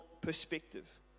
perspective